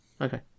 Okay